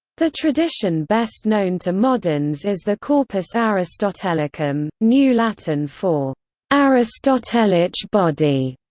the tradition best known to moderns is the corpus ah aristotelicum, new latin for aristotelic body,